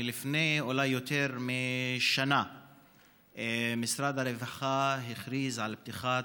לפני אולי יותר משנה משרד הרווחה הכריז על פתיחת